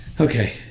Okay